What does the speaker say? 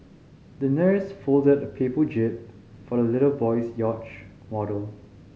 the nurse folded a paper jib for the little boy's yacht model